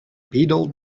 beetle